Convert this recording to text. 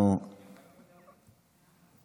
אנחנו